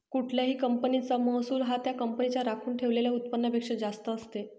कुठल्याही कंपनीचा महसूल हा त्या कंपनीच्या राखून ठेवलेल्या उत्पन्नापेक्षा जास्त असते